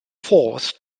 forced